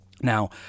Now